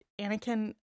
Anakin